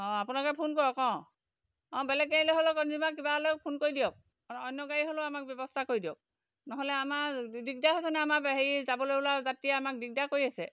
অঁ আপোনালোকে ফোন কৰক আকৌ অঁ অঁ বেলেগ গাড়ীলৈ হ'লেও কঞ্জুমাক কিবা হ'লেও ফোন কৰি দিয়ক অন্য গাড়ী হ'লেও আমাক ব্যৱস্থা কৰি দিয়ক নহ'লে আমাৰ দিগদাৰ হৈছে নহয় আমাৰ হেৰি যাবলৈ ওলোৱা যাত্ৰীয়ে আমাক দিগদাৰ কৰি আছে